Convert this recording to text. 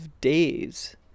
days